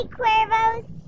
Cuervo's